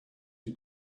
you